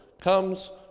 comes